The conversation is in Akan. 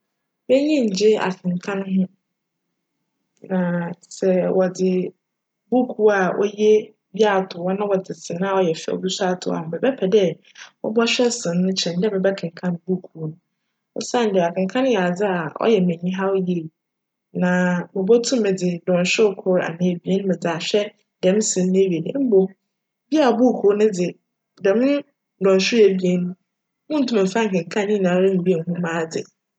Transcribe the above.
M'enyi nngye akenkan ho na sj wcdze buukuu bi a oye ato hc na wcdze sene a cyj fjw so ato hc a, mebjpj dj mobchwj sene no kyjn dj me bjkenkan buukuu no osiandj akenkan yj adze a cyj me enyihaw yie na mobotum dze dcnhwer kor anaa ebien medze ahwj djm sene yi ewie mbom bi a buukuu no dze, djm dcnhwer ebien no munntum mmfa nnkenkan ne nyinara nnhu mu adze.